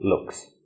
Looks